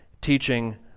teaching